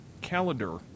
calendar